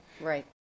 right